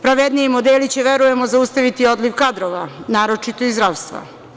Pravedniji modeli će, verujemo, zaustaviti odliv kadrova, naročito iz zdravstva.